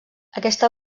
aquesta